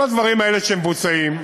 כל הדברים האלה שמבוצעים,